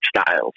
styles